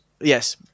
Yes